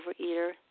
overeater